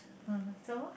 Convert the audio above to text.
mm some more